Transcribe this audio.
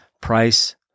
price